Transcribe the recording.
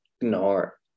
ignore